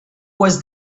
was